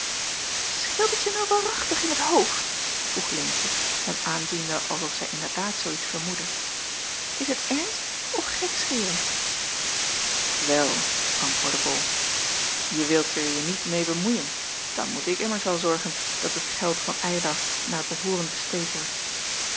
het je nou waarachtig in t hoofd vroeg leentje hem aanziende als of zij inderdaad zoo iets vermoedde is t ernst of gekscheren wel antwoordde bol je wilt er je niet meê bemoeien dan moet ik immers wel zorgen dat het geld van eylar naar behooren besteed wordt